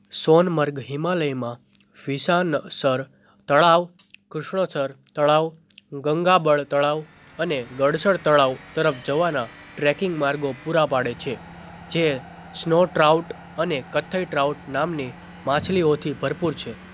સોનમર્ગ હિમાલયમાં વિશાનસર તળાવ કૃષ્ણસર તળાવ ગંગાબળ તળાવ અને ગડસર તળાવ તરફ જવાના ટ્રેકિંગ માર્ગો પૂરા પાડે છે જે સ્નો ટ્રાઉટ અને કથ્થઈ ટ્રાઉટ નામની માછલીઓથી ભરપૂર છે